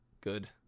good